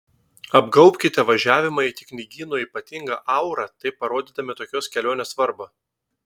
apgaubkite važiavimą iki knygyno ypatinga aura taip parodydami tokios kelionės svarbą